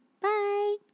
bye